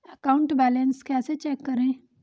Account balance कैसे check करें?